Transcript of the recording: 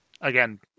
again